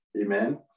amen